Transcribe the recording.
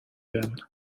werden